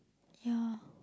ya